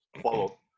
follow